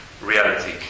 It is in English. reality